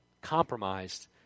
compromised